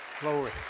glory